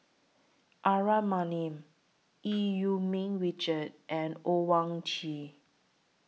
Aaron Maniam EU Yee Ming Richard and Owyang Chi